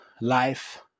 life